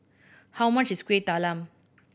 how much is Kuih Talam